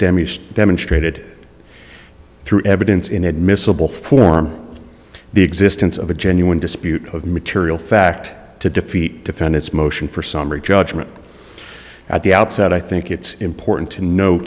damaged demonstrated through evidence inadmissible form the existence of a genuine dispute of material fact to defeat defend its motion for summary judgment at the outset i think it's important to no